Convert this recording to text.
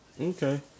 okay